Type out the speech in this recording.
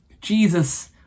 Jesus